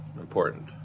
important